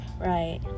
right